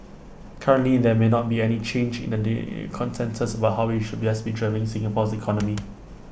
currently there may not be any change in the day consensus about how we should best be driving Singapore's economy